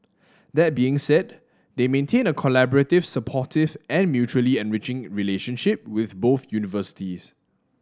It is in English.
that being said they maintain a collaborative supportive and mutually enriching relationship with both universities